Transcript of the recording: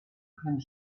können